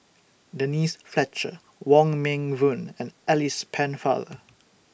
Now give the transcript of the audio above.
Denise Fletcher Wong Meng Voon and Alice Pennefather